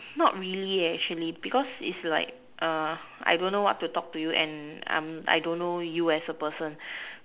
not really eh actually because is like uh I don't know what to talk to you and I'm I don't know you as a person